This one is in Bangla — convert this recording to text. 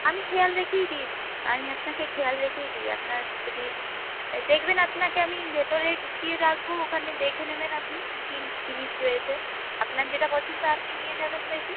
আমি খেয়াল রেখেই দিই আমি আপনাকে খেয়াল রেখেই দিই আপনার যদি দেখবেন আপনাকে আমি ভেতরে ঢুকিয়ে ডাকবো ওখানে দেখে নেবেন আপনি কী কী জিনিস রয়েছে আপনার যেটা পছন্দ আপনি নিয়ে যাবেন দেখে